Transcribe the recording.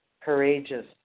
courageous